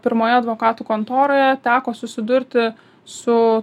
pirmoje advokatų kontoroje teko susidurti su